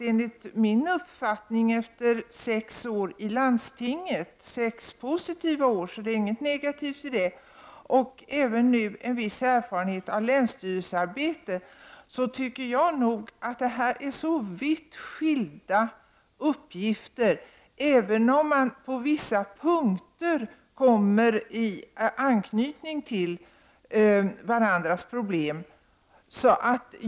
Efter sex år i landstinget — och det har varit positiva år — och nu även med en viss erfarenhet av länsstyrelsearbete tycker jag att det är fråga om vitt skilda uppgifter, även om man på vissa punkter kommer i beröring med varandras problem.